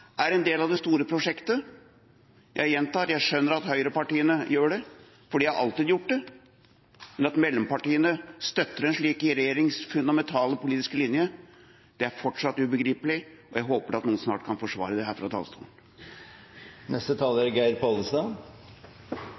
er en del av det store prosjektet. Jeg gjentar: Jeg skjønner at høyrepartiene gjør det, for de har alltid gjort det, men at mellompartiene støtter en slik regjerings fundamentale politiske linje, er fortsatt ubegripelig. Jeg håper at noen snart kan forsvare det her fra talerstolen. Jeg registrerer at en i løpet av debatten ikke har fått svar på tiltakspakken, om den er